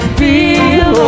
feel